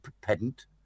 pedant